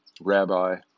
rabbi